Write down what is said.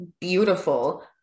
beautiful